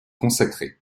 consacrée